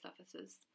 officers